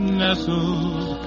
nestled